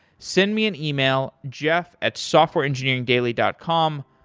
send me an email, jeff at softwareengineeringdaily dot com.